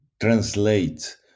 translate